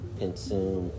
consume